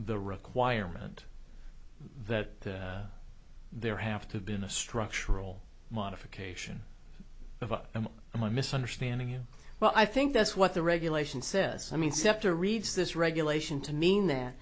the requirement that there have to been a structural modification of a misunderstanding you well i think that's what the regulation says i mean septa reads this regulation to mean that